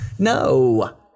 No